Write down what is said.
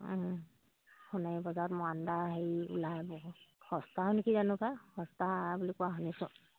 সোণাৰি বজাৰত মৰাণ আদা হেৰি ওলায় বহু সস্তানে কি জানো পায় সস্তা বুলি কোৱা শুনিছোঁ